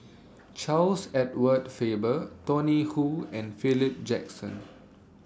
Charles Edward Faber Tony Khoo and Philip Jackson